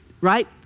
right